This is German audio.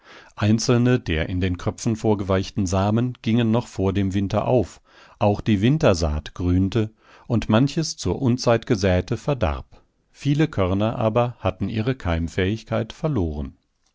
einzelne der in den kröpfen vorgeweichten samen gingen noch vor dem winter auf auch die wintersaat grünte und manches zur unzeit gesäte verdarb viele körner aber hatten ihre keimfähigkeit verloren